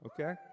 Okay